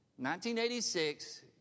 1986